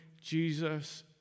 Jesus